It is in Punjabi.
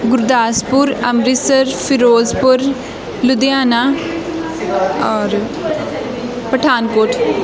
ਗੁਰਦਾਸਪੁਰ ਅੰਮ੍ਰਿਤਸਰ ਫਿਰੋਜ਼ਪੁਰ ਲੁਧਿਆਣਾ ਔਰ ਪਠਾਨਕੋਟ